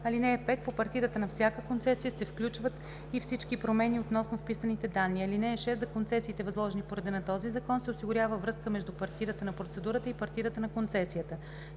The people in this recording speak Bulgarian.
(5) По партидата на всяка концесия се включват и всички промени относно вписаните данни. (6) За концесиите, възложени по реда на този закон, се осигурява връзка между партидата на процедурата и партидата на концесията.“